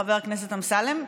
חבר הכנסת אמסלם,